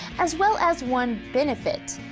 as well as one benefit.